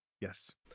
Yes